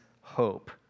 hope